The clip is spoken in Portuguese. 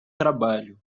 trabalho